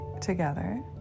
together